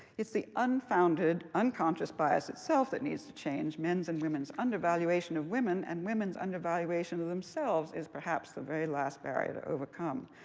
it's the unfounded unconscious by itself that needs to change. men's and women's undervaluation of women, and women's undervaluation of themselves is perhaps the very last barrier to overcome.